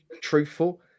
truthful